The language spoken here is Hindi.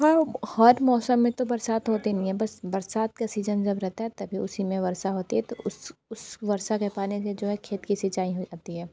हम हर मौसम में तो बरसात तो होती नहीं है बस बरसात का सीजन जब रहता है तभी उसी में वर्षा होती है तो उस उस वर्षा के पानी से जो है खेत की सिंचाई हो जाती है